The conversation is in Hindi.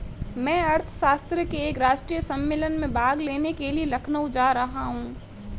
मैं अर्थशास्त्र के एक राष्ट्रीय सम्मेलन में भाग लेने के लिए लखनऊ जा रहा हूँ